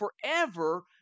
forever